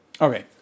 Okay